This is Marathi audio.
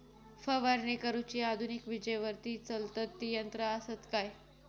फवारणी करुची आधुनिक विजेवरती चलतत ती यंत्रा आसत काय?